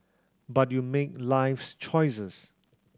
but you make life's choices